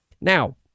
Now